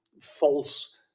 false